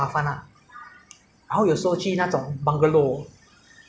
那种更累那种是很累因为 bungalow 他们是建在那种